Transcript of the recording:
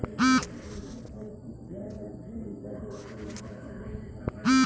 interbank lending market तरलता क प्रबंधन करे आउर आरक्षित जरूरतन के पूरा करे खातिर होला